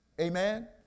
amen